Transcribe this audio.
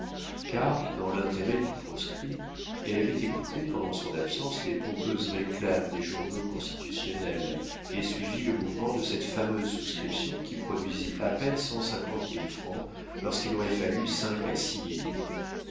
car dans l'intérêt du proscrit elle avait écouté pendant son absence les pompeuses réclames des journaux constitutionnels et suivi le mouvement de cette fameuse souscription qui produisit à peine cent cinquante mille francs lorsqu'il aurait fallu cinq à